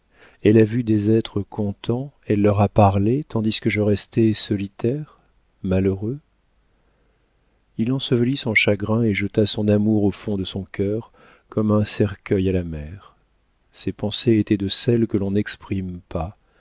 elle a vu des êtres contents elle leur a parlé tandis que je restais solitaire malheureux il ensevelit son chagrin et jeta son amour au fond de son cœur comme un cercueil à la mer ses pensées étaient de celles que l'on n'exprime pas